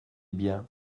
bien